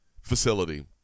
facility